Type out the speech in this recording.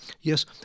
Yes